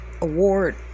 award